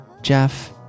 jeff